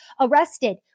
arrested